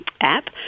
app